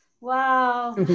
wow